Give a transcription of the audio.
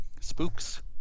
spooks